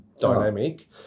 dynamic